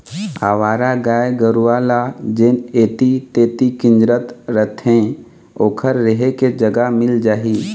अवारा गाय गरूवा ल जेन ऐती तेती किंजरत रथें ओखर रेहे के जगा मिल जाही